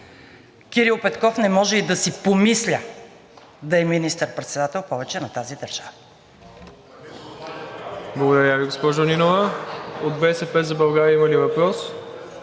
Кирил Петков не може и да си помисля да е министър-председателят повече на тази държава.